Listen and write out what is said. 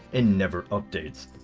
and never updates.